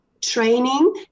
training